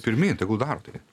pirmyn tegul daro tai